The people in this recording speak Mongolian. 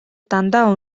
дандаа